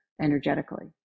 energetically